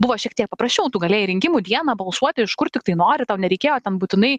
buvo šiek tiek paprasčiau tu galėjai rinkimų dieną balsuoti iš kur tiktai nori tau nereikėjo ten būtinai